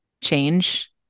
change